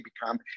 become